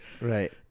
Right